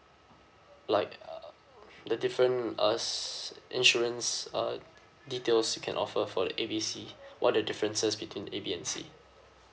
like uh the different uh insurance uh details you can offer for the A B C what the differences between A B and C